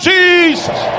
Jesus